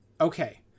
okay